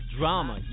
Drama